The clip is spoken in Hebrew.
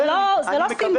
זה לא סימבולי.